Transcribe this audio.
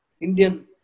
Indian